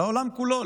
לעולם כולו,